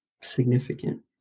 significant